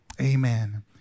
Amen